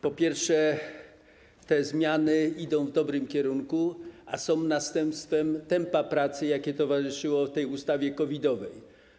Po pierwsze, te zmiany idą w dobrym kierunku, a są następstwem tempa pracy, jakie towarzyszyło tej ustawie COVID-owej.